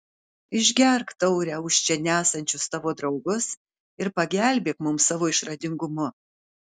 išgerk taurę už čia nesančius tavo draugus ir pagelbėk mums savo išradingumu